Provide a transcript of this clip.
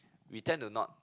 we tend to not